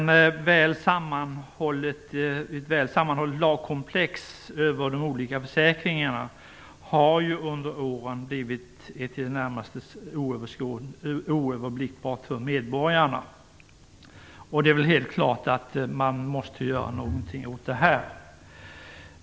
Ett väl sammanhållet lagkomplex över de olika försäkringarna har under åren blivit i det närmaste oöverblickbart för medborgarna. Det är helt klart att det måste göras något åt det.